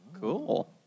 Cool